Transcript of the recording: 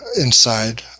Inside